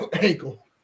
ankle